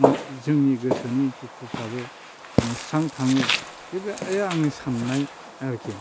जोंनि गोसोनि दुखुफ्राबो माने स्रां थाङो बे आंनि साननाय आरोखि